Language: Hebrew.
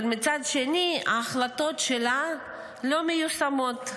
אבל מצד שני ההחלטות שלה לא מיושמות,